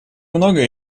многое